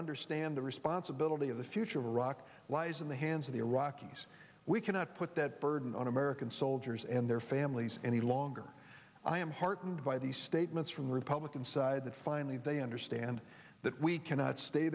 understand the responsibility of the future of iraq lies in the hands of the iraqis we cannot put that burden on american soldiers and their families any longer i am heartened by the statements from the republican side that finally they understand that we cannot stay